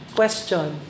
Question